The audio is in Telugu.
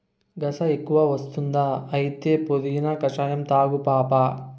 గస ఎక్కువ వస్తుందా అయితే పుదీనా కషాయం తాగు పాపా